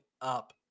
up